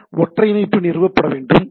சில ஒற்றை இணைப்பு நிறுவப்பட வேண்டும்